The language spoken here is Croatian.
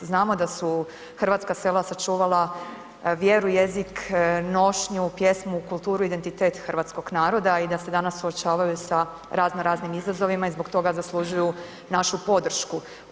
Znamo da su hrvatska sela sačuvala vjeru, jezik, nošnju, pjesmu, kulturu i identitet hrvatskog naroda i da se danas suočavaju sa raznoraznim izazovima i zbog toga zaslužuju našu podršku.